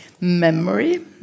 memory